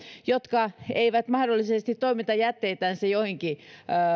jotka eivät mahdollisesti toimita jätteitänsä johonkin